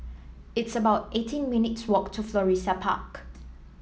it's about eighteen minutes walk to Florissa Park